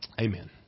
Amen